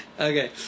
okay